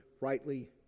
rightly